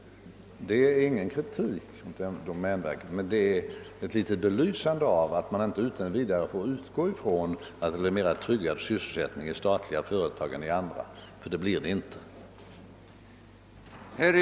Detta är ingen kritik mot domänverket, utan jag nämner det för att visa att man inte utan vidare får utgå från att det blir en mera tryggad sysselsättning i statliga företag än i andra. Det blir det nämligen inte.